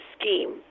scheme